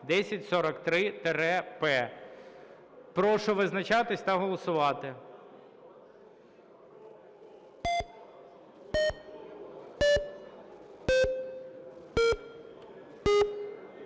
1043-П). Прошу визначатись та голосувати.